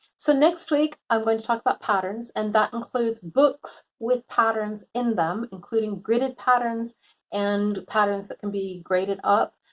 so next week, i'm going to talk about patterns and that includes books with patterns in them, including gridded patterns and patterns that can be gridded up.